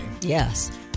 Yes